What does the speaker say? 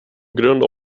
grund